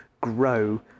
grow